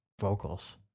vocals